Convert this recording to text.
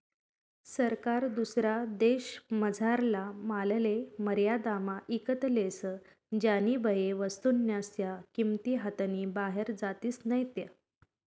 सरकार दुसरा देशमझारला मालले मर्यादामा ईकत लेस ज्यानीबये वस्तूस्न्या किंमती हातनी बाहेर जातीस नैत